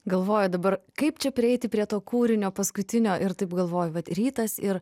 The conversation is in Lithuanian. galvoju dabar kaip čia prieiti prie to kūrinio paskutinio ir taip galvoju vat rytas ir